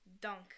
dunk